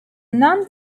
non